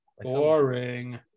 Boring